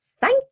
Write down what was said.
Thank